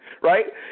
right